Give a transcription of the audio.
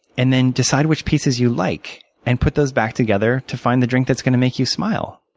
and then, decide which pieces you like and put those back together to find the drink that's going to make you smile.